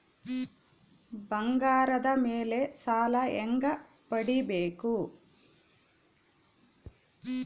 ಬಂಗಾರದ ಮೇಲೆ ಸಾಲ ಹೆಂಗ ಪಡಿಬೇಕು?